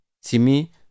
simi